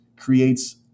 creates